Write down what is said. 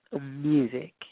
music